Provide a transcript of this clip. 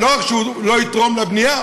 לא רק שהוא לא יתרום לבנייה,